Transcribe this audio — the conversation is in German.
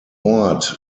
ort